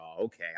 Okay